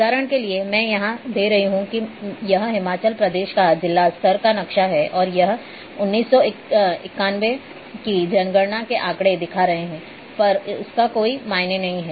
उदाहरण के लिए मैं यहां दे रहा हूं कि यह हिमाचल प्रदेश का जिला स्तर का नक्शा है और यह 1991 की जनगणना के आंकड़े दिखा रहा है पर उसका कोई मायने नहीं है